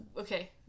Okay